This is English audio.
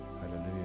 hallelujah